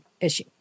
issue